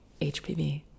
HPV